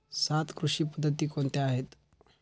सात कृषी पद्धती कोणत्या आहेत?